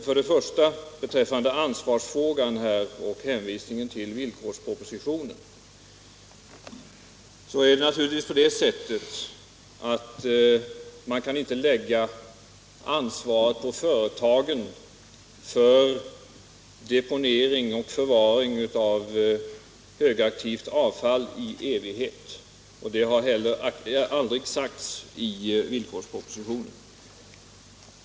För det första: Beträffande ansvarsfrågan och hänvisningen till villkorspropositionen kan man naturligtvis inte lägga ansvaret på företagen för deponering och förvaring av högaktivt avfall i evighet. Det sägs inte heller i villkorspropositionen.